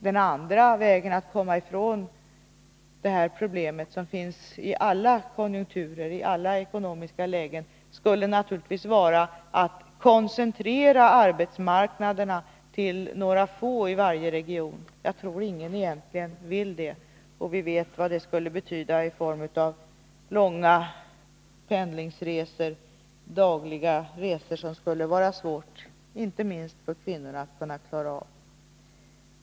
Den andra vägen att komma ifrån detta problem, som finns i alla konjunkturer, i alla ekonomiska lägen, skulle naturligtvis vara att koncentrera arbetsmarknaderna till några få i varje region. Jag tror att ingen egentligen vill det. Vi vet vad det skulle betyda i form av långa dagliga pendlingsresor som skulle vara svåra, inte minst för kvinnorna, att klara av.